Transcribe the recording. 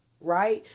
right